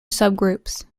subgroups